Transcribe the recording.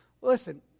Listen